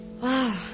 Wow